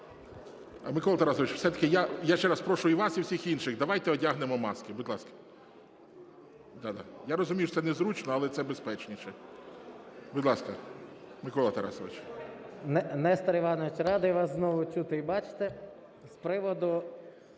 Микола Тарасович, я все-таки ще раз прошу і вас, і всіх інших, давайте одягнемо маски, будь ласка. Я розумію, що це незручно, але це безпечніше. Будь ласка, Микола Тарасович. 17:08:57 СОЛЬСЬКИЙ М.Т. Несторе Івановичу, радий вас знову чути і бачити. З приводу